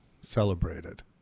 celebrated